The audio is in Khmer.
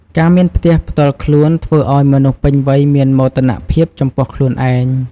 ការមានផ្ទះផ្ទាល់ខ្លួន ធ្វើឱ្យមនុស្សពេញវ័យមានមោទនភាពចំពោះខ្លួនឯង។